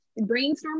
brainstorming